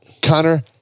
Connor